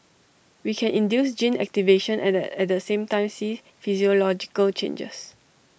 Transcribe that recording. we can induce gene activation and at the same time see physiological changes